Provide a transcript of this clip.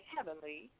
Heavenly